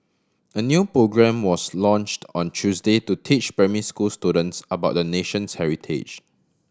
a new programme was launched on Tuesday to teach primary school students about the nation's heritage